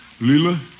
Lila